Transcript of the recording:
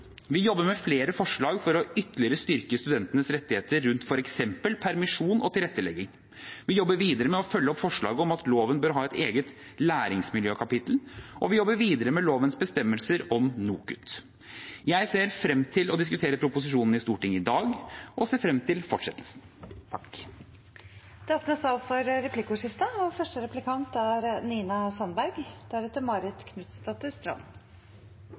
Vi jobber med flere forslag for ytterligere å styrke studentenes rettigheter rundt f.eks. permisjon og tilrettelegging. Vi jobber videre med å følge opp forslaget om at loven bør ha et eget læringsmiljøkapittel, og vi jobber videre med lovens bestemmelser om NOKUT. Jeg ser frem til å diskutere proposisjonen i Stortinget i dag og til fortsettelsen. Det blir replikkordskifte. Høyreregjeringen ser bort fra Aune-utvalgets forslag til å redusere midlertidigheten i akademia og